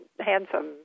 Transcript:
handsome